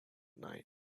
night